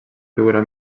figura